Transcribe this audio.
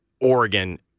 Oregon